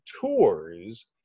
tours